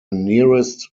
nearest